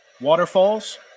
waterfalls